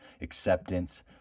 acceptance